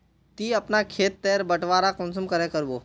ती अपना खेत तेर बटवारा कुंसम करे करबो?